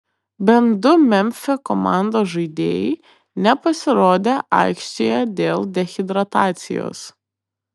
bent du memfio komandos žaidėjai nepasirodė aikštėje dėl dehidratacijos